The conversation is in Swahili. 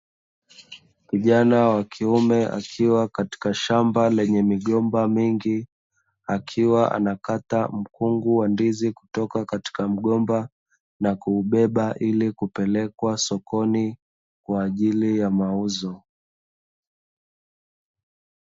Kijana wa kiume akiwa katika shamba lenye migomba mingi akiwa anakata mkungu wa ndizi kutoka katika mgomba na kuubeba ili kupelekwa sokoni kwa ajili ya mauzo.